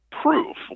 proof